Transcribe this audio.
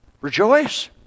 rejoice